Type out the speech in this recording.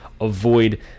avoid